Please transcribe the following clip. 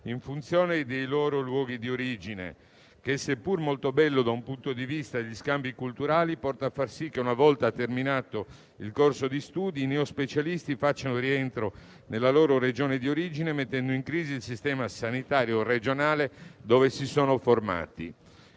in funzione dei loro luoghi di origine, che, se pur molto bello da un punto di vista degli scambi culturali, porta a far sì che, una volta terminato il corso di studi, i neospecialisti facciano rientro nella loro Regione di origine, mettendo in crisi il sistema sanitario regionale dove si sono formati.